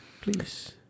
please